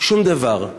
שום דבר.